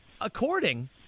According